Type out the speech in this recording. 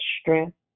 strength